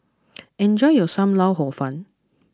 enjoy your Sam Lau Hor Fun